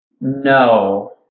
No